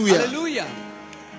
Hallelujah